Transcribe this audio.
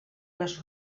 les